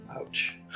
Ouch